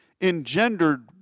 engendered